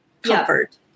comfort